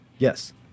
Yes